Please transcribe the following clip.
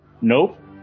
Nope